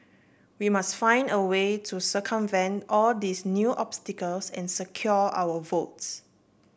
we must find a way to circumvent all these new obstacles and secure our votes